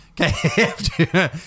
Okay